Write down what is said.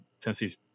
Tennessee's